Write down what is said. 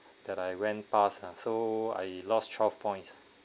that I went past ah so I lost twelve points